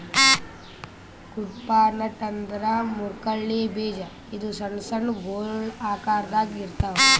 Cuddapah nut ಅಂದ್ರ ಮುರ್ಕಳ್ಳಿ ಬೀಜ ಇದು ಸಣ್ಣ್ ಸಣ್ಣು ಗೊಲ್ ಆಕರದಾಗ್ ಇರ್ತವ್